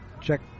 check